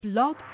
blog